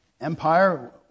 empire